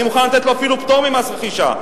אני מוכן לתת לו אפילו פטור ממס רכישה,